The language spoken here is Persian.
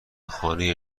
خانه